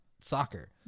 Soccer